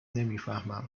نمیفهمم